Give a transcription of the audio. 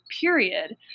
period